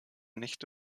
nicht